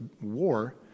war